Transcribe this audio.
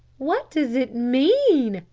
what does it mean?